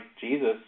Jesus